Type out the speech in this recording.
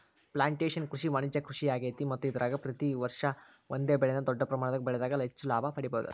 plantation ಕೃಷಿ ವಾಣಿಜ್ಯ ಕೃಷಿಯಾಗೇತಿ ಮತ್ತ ಇದರಾಗ ವರ್ಷ ಪೂರ್ತಿ ಒಂದೇ ಬೆಳೆನ ದೊಡ್ಡ ಪ್ರಮಾಣದಾಗ ಬೆಳದಾಗ ಹೆಚ್ಚ ಲಾಭ ಪಡಿಬಹುದ